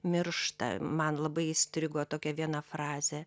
miršta man labai įstrigo tokia viena frazė